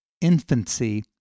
infancy